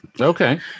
Okay